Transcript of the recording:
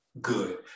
good